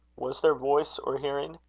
was there voice or hearing?